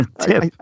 tip